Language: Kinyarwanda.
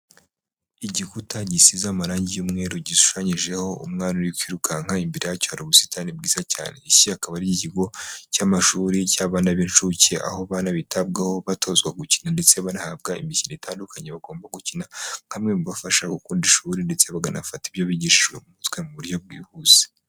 Igikuta gisize amarangi ymweru gishushanyijeho umwana uri kwirukanka, imbere yacyo hari ubusitani bwiza cyane. Iki akaba ari ikigo cy'amashuri cy'abana b'incuke, aho abana bitabwaho batozwa gukina ndetse banahabwa imikino itandukanye bagomba gukina, nka bimwe mu bibafasha gukunda ishuri ndetse bakanafata ibyo bigishijwe mu mutwe mu buryo bwihuse.